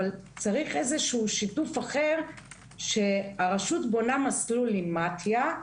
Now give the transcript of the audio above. אבל צריך איזשהו שיתוף אחר שהרשות בונה מסלול עם מתי"א.